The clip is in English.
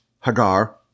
Hagar